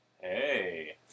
Hey